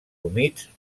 humits